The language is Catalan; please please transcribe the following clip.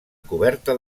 coberta